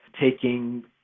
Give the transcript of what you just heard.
taking